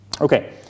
Okay